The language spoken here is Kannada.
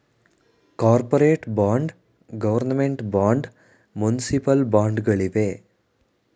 corporate bond, government bond, municipal bond ಗಳಿವೆ